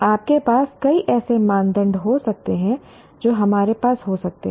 आपके पास कई ऐसे मापदंड हो सकते हैं जो हमारे पास हो सकते हैं